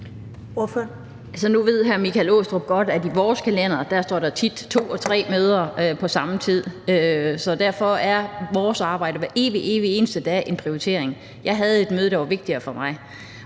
Nu ved hr. Michael Aastrup Jensen godt, at der i vores kalendere tit står to og tre møder på samme tid, så derfor er vores arbejde hver evig eneste dag en prioritering. Jeg havde et møde, der var vigtigere for mig,